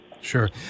Sure